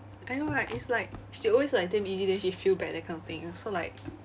I know right it's like she always like damn easy then she feel bad that kind of thing so like